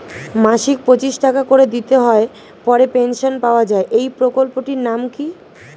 মাসিক পঁচিশ টাকা করে দিতে হয় পরে পেনশন পাওয়া যায় এই প্রকল্পে টির নাম কি?